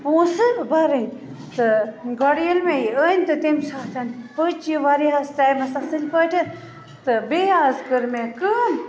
پونٛسہٕ بَرٕنۍ تہٕ گۄڈٕ ییٚلہِ مےٚ یہِ أنۍ تہٕ تمہِ ساتن پٔچ یہِ وارِیاہس ٹایمس اَصٕل پٲٹھۍ تہِٕ بیٚیہِ حظ کٔر مےٚ کٲم